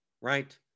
right